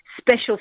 special